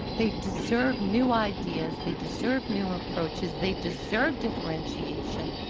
they deserve new ideas. they deserve new approaches. they deserve differentiation.